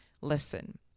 listen